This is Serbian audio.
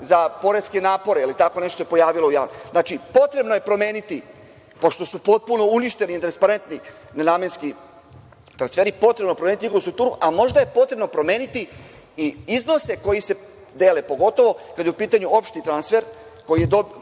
za poreske napore, ili tako nešto se pojavilo. Znači, potrebno je promeniti, pošto su potpuno uništeni nenamenski transferi, potrebno je promeniti njihovu strukturu. Možda je potrebno promeniti i iznose koji se dele, pogotovo kada je u pitanju opšti transfer